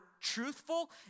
truthful